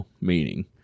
meaning